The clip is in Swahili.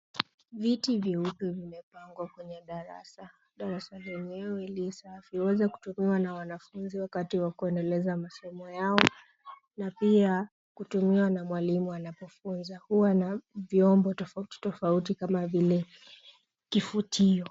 Viti vyeupe vimepangwa kwenye darasa, darasa lenyewe li safi uweze kutumiwa wanafunzi wakati wa kuendeleza masomo yao na pia kutumia na mwalimu anapofunza. Huwa na vyombo tofauti tofauti kama vile kifutio.